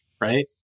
right